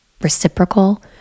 reciprocal